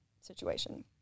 situation